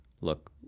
look